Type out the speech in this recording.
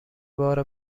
بار